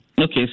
Okay